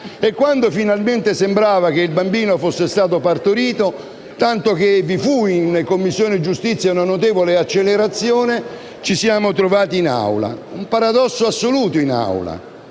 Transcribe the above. Quando finalmente sembrava che il bambino fosse stato partorito, tanto che vi fu in Commissione giustizia una notevole accelerazione, ci siamo trovati in Aula. Un paradosso assoluto in Aula: